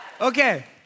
Okay